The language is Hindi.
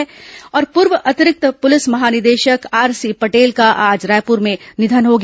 पूर्व अतिरिक्त पुलिस महानिदेशक आरसी पटेल का आज रायपुर में निधन हो गया